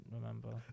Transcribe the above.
remember